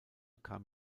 kam